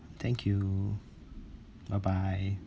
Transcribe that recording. thank you bye bye